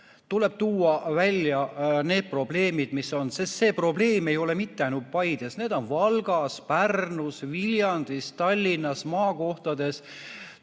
Tuleb tuua välja need probleemid, mis on. Sest probleem ei ole mitte ainult Paides, vaid ka Valgas, Pärnus, Viljandis, Tallinnas, maakohtades